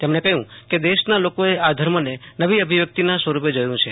તેમણે કહયું કે દેશના લોકોએ આ ધર્મ નવી અભિવ્યકિતના સ્વરૂપે જોયું છે